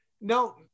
No